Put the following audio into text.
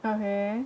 okay